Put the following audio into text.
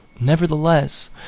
Nevertheless